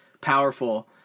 powerful